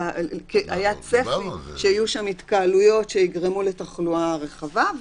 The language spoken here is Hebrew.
כי היה צפי שיהיו שם התקהלויות שיגרמו לתחלואה רחבה,